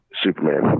Superman